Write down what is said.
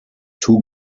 two